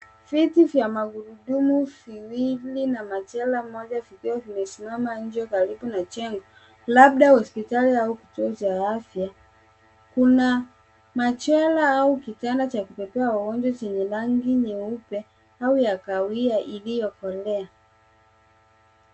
Viti vya magurudumu viwili na machela moja vikiwa vimesimama nje karibu na jengo labda hospitali au kituo cha afya. Kuna machela au kitanda cha kubebea wagonjwa chenye rangi nyeupe au ya kahawia iliyokolea.